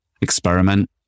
experiment